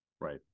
Right